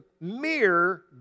mere